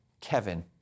Kevin